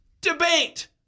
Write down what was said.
Debate